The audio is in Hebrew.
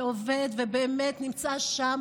שעובד ובאמת נמצא שם,